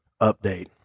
Update